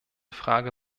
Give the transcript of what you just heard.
frage